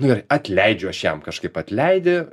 nu gerai atleidžiu aš jam kažkaip atleidi